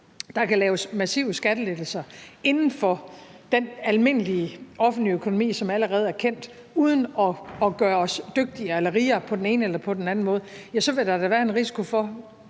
der kan laves massive skattelettelser inden for den almindelige offentlige økonomi, som allerede er kendt, uden at gøre os dygtigere eller rigere på den ene eller den anden måde, ja, så vil der da, når du så skal